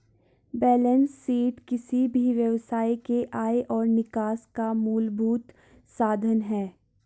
balance sheet किसी भी व्यवसाय के आय और निकास का मूलभूत साधन है